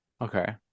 Okay